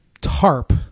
tarp